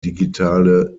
digitale